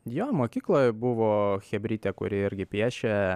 jo mokykloj buvo chebrytė kuri irgi piešė